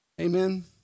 Amen